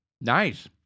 Nice